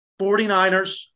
49ers